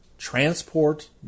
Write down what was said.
transport